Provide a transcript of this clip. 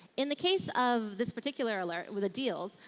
in the case of this particular alert with the deals,